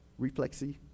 reflexy